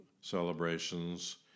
celebrations